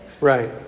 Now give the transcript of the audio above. Right